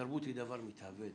תרבות היא דבר מתהווה.